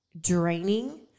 draining